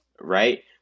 right